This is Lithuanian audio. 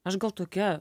aš gal tokia